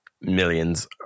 millions